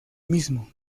mismo